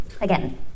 Again